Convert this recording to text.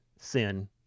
Sin